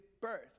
birth